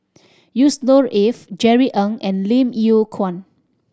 Yusnor Ef Jerry Ng and Lim Yew Kuan